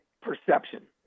perception